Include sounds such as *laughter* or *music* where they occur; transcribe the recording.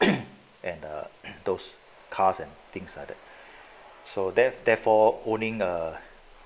*coughs* and err those cars and things like that so that therefore owning a